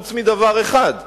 חוץ מדבר אחד.